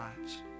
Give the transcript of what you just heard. lives